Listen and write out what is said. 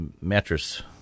mattress